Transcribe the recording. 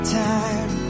time